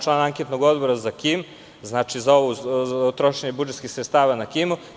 Član sam Anketnog odbora za KiM, za trošenje budžetskih sredstava na KiM.